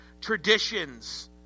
traditions